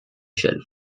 shelf